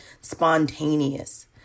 spontaneous